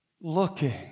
looking